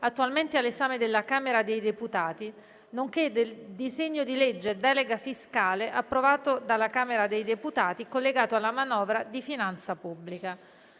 attualmente all'esame della Camera dei deputati, nonché del disegno di legge delega fiscale, approvato dalla Camera dei deputati e collegato alla manovra di finanza pubblica.